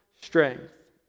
strength